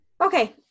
Okay